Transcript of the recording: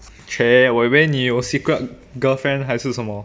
!chey! 我以为你有 secret girlfriend 还是什么